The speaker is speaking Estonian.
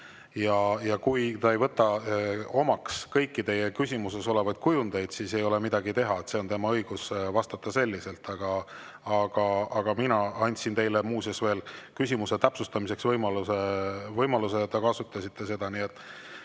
Kui ta ei võta omaks kõiki teie küsimuses olevaid kujundeid, siis ei ole midagi teha, tema õigus on selliselt vastata. Mina andsin teile muuseas veel küsimuse täpsustamiseks võimaluse ja te kasutasite seda. Ma ei